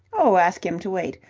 oh, ask him to wait.